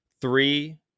three